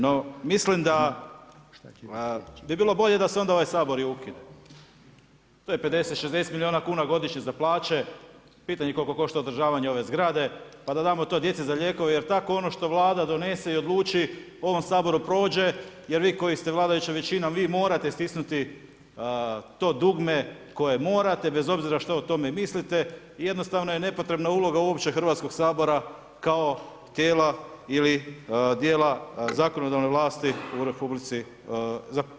No mislim da bi bilo bolje da se onda ovaj Sabor i ukine, to je 50, 60 milijuna kuna godišnje za plaće, pitanje koliko košta održavanje ove zgrade pa da damo to djeci za lijekove jer i tako ono što Vlada donese i odluči u ovom Saboru prođe jer vi koji ste vladajuća većina vi morate stisnuti to dugme koje morate, bez obzira što o tome mislite i jednostavno je nepotrebna uloga uopće Hrvatskog sabora kao tijela ili djela zakonodavne vlasti u Hrvatskoj.